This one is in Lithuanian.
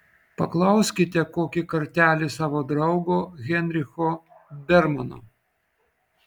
paklauskite kokį kartelį savo draugo heinricho bermano